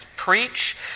preach